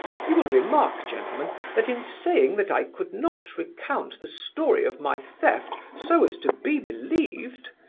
you will remark, gentlemen, that in saying that i could not recount the story of my theft so as to be believed,